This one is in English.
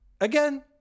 Again